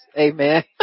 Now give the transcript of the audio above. Amen